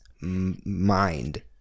mind